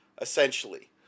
essentially